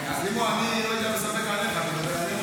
אני לא יודע, אני סומך עליך.